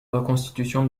reconstitution